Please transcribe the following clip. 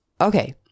okay